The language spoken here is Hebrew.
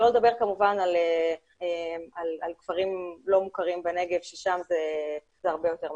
שלא לדבר כמובן על כפרים לא מוכרים בנגב ששם זה הרבה יותר משמעותי.